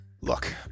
look